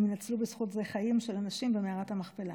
נציל בזכות זה חיים של אנשים במערת המכפלה.